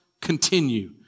continue